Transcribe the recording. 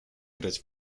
grać